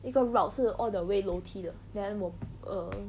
一个 route 是 all the way 楼梯的 then 我 err